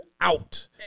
out